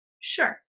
sure